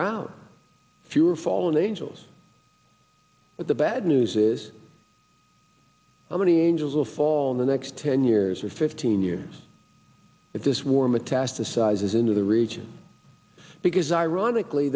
there out fewer fallen angels but the bad news is how many angels will fall in the next ten years or fifteen years if this war metastasizes into the region because ironically